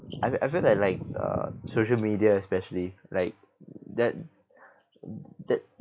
I I feel that like uh social media especially like that that